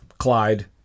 Clyde